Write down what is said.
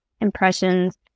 impressions